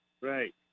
right